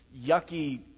yucky